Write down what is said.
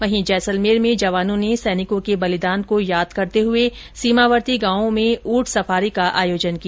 वहीं जैसलमेर में जवानों ने सैनिकों के बलिदान को याद करते सीमावर्ती गांवों में ऊंट सफारी का आयोजन किया